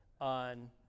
on